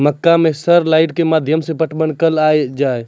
मक्का मैं sir light के माध्यम से पटवन कल आ जाए?